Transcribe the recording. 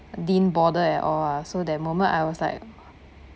didn't bothered at all ah so that moment I was like